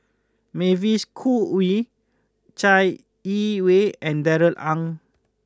Mavis Khoo Oei Chai Yee Wei and Darrell Ang